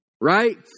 Right